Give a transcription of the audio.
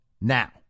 now